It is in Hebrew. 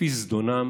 כפי זדונם